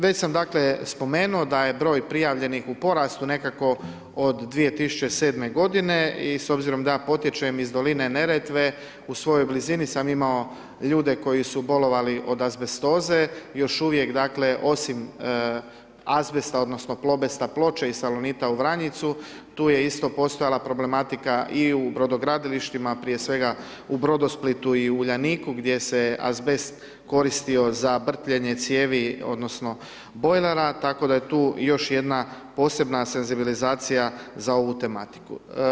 Već sam dakle spomenuo da je broj prijavljenih u porastu nekako od 2007. godine i s obzirom da ja potječem iz doline Neretve u svojoj blizini sam imao ljude koji su bolovali od azbestoze, još uvijek dakle osim azbesta, donosno Plobesta Ploče i Salonita u Vranjicu tu je isto postojala problematika i u brodogradilištima prije svega u Brodosplitu i Uljaniku gdje se azbest koristio za brtvljenje cijevi odnosno bojlera, tako da je tu još jedna posebna senzibilizacija za ovu tematiku.